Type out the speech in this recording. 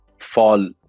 fall